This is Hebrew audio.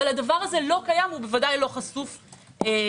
אבל הדבר הזה לא קיים ולא חשוף לציבור.